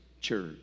church